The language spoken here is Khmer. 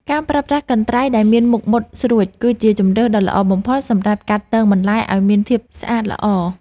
ការប្រើប្រាស់កន្ត្រៃដែលមានមុខមុតស្រួចគឺជាជម្រើសដ៏ល្អបំផុតសម្រាប់កាត់ទងបន្លែឱ្យមានភាពស្អាតល្អ។